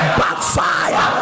backfire